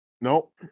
Nope